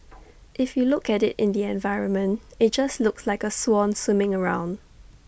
if you look at IT in the environment IT just looks like A swan swimming around